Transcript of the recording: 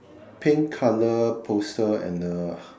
pink colour poster and a